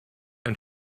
ein